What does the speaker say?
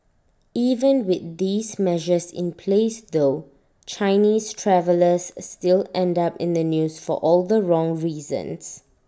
even with these measures in place though Chinese travellers still end up in the news for all the wrong reasons